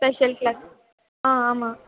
special class ஆ ஆமாம்